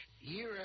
Year